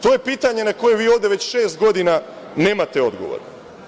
To je pitanje na koje vi ovde već šest godina nemate odgovor.